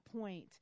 point